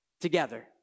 together